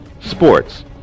sports